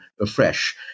afresh